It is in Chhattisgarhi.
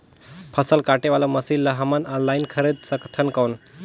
फसल काटे वाला मशीन ला हमन ऑनलाइन खरीद सकथन कौन?